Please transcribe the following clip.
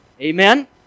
Amen